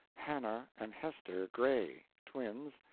hannah and hester gray, twins,